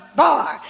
bar